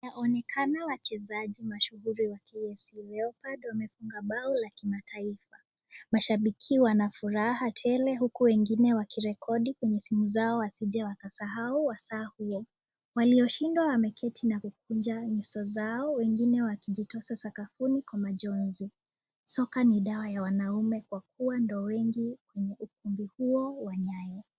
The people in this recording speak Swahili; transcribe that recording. Yaonekana wachezaji mashuuri wakiwa AFC Leopards wamebeba mbao yakimataifa. Mashabiki wanafuraha tele huku wengine wakirekodi kwenye simu zao wasije wakasahau wasaa huo. Walioshindwa Wameketi na kukunja nyuso zao wengine wakijitoza sakafuni kwa majonzi . Soka ni dawa ya wanaume kwa kuwa ndo wengi kwenye ukumbi huo wa Nyayo.